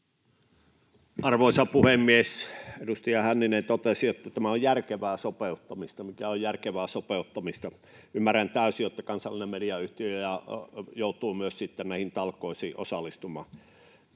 Arvoisa puhemies! Edustaja Hänninen totesi, että tämä on järkevää sopeuttamista. Mikä on järkevää sopeuttamista? Ymmärrän täysin, että myös kansallinen mediayhtiö joutuu sitten näihin talkoisiin osallistumaan.